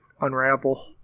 unravel